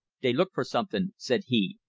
dey look for somethin', said he,